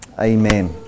Amen